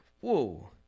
whoa